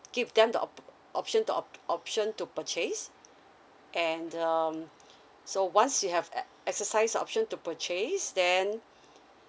give them the opt~ option to opt~ option to purchase and um so once you have e~ exercise the option to purchase then